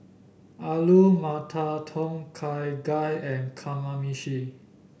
Alu Matar Tom Kha Gai and Kamameshi